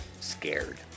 scared